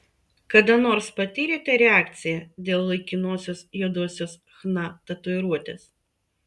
kada nors patyrėte reakciją dėl laikinosios juodosios chna tatuiruotės